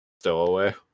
stowaway